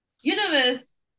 Universe